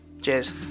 Cheers